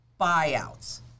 buyouts